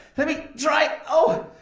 let me try, oh.